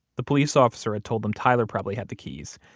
the police officer had told them tyler probably had the keys,